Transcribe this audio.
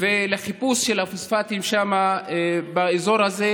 ולחיפוש של הפוספטים באזור הזה,